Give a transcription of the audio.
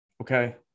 Okay